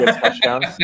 touchdowns